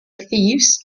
thieves